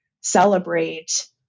celebrate